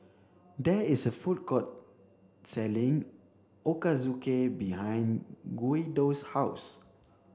there is a food court selling Ochazuke behind Guido's house